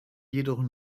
jedoch